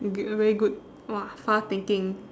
you'll be a very good !wah! far thinking